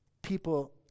People